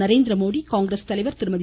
நரேந்திரமோடி காங்கிரஸ் தலைவர் திருமதி